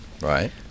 right